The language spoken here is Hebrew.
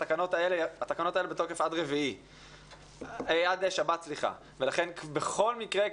התקנות האלה בתוקף עד שבת ולכן בכל מקרה,